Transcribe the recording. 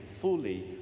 fully